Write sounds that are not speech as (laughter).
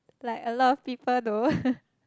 like a lot of people though (laughs)